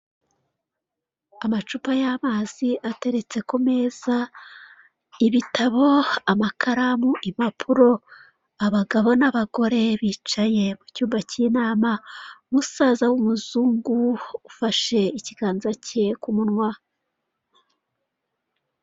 Amacupa y'amazi ateretse ku meza, ibitabo, amakaramu, impapuro, abagaba n'abagore bicaye mu cyumba kinama, umusaza w'umuzungu ufashe ikiganza ke ku munwa.